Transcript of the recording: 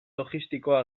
logistikoa